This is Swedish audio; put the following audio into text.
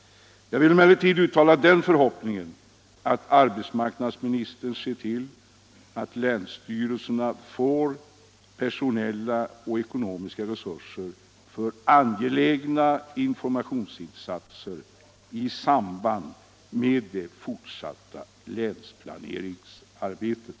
Jag vill emellertid uttala den förhoppningen att arbetsmarknadsministern ser till att länsstyrelserna får personella och ekonomiska resurser för angelägna informationsinsatser i samband med det fortsatta länsplaneringsarbetet.